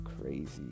crazy